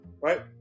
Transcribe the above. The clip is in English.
right